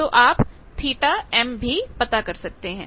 और फिर आप θm भी पता कर सकते हैं